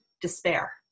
despair